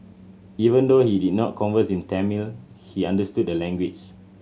even though he did not converse in Tamil he understood the language